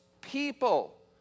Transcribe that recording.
people